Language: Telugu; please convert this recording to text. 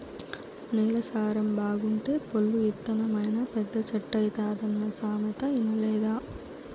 నేల సారం బాగుంటే పొల్లు ఇత్తనమైనా పెద్ద చెట్టైతాదన్న సామెత ఇనలేదా